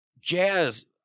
Jazz